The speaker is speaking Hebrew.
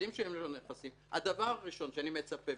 יודעים שהיו לו נכסים הדבר הראשון שאני מצפה,